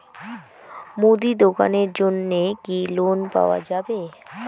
মুদি দোকানের জন্যে কি লোন পাওয়া যাবে?